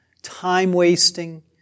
time-wasting